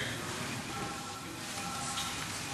אדוני היושב-ראש,